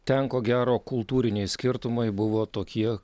ten ko gero kultūriniai skirtumai buvo tokie